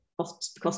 cost